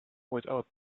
without